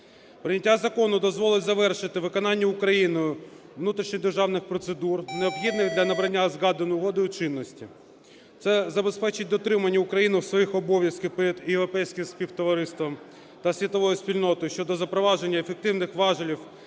Прийняття закону дозволить завершити виконання Україною внутрішньодержавних процедур, необхідних для набрання згаданої угоди чинності. Це забезпечить дотримання Україною своїх обов'язків перед європейським співтовариством та світовою спільнотою щодо запровадження ефективних важелів